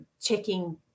checking